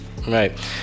right